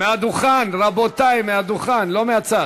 מהדוכן, רבותי, מהדוכן, לא מהצד.